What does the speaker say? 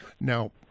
Now